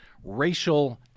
Racial